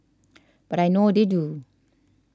but I know what they do